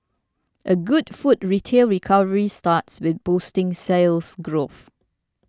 a good food retail recovery starts with boosting Sales Growth